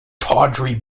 tawdry